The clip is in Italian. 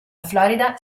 florida